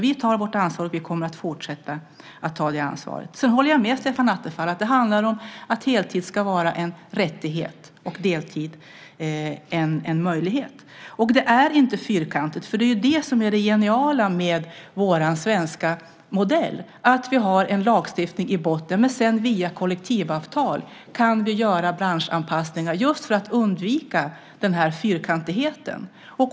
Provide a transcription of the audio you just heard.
Vi tar vårt ansvar, och vi kommer att fortsätta att ta det ansvaret. Sedan håller jag med Stefan Attefall om att heltid ska vara en rättighet och deltid en möjlighet. Det är inte fyrkantigt. Det geniala med vår svenska modell är att vi har en lagstiftning i botten men att vi sedan via kollektivavtal kan göra branschanpassningar - just för att undvika fyrkantigheten.